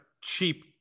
cheap